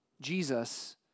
Jesus